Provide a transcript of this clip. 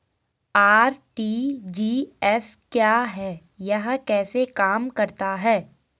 RTGS क्या है यह कैसे काम करता है?